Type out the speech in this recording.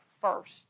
first